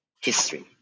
history